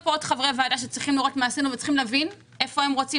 יש כאן עוד חברי ועדה שצריכים לראות מה עשינו וצריכים להבין היכן הם רוצים